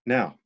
Now